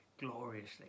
gloriously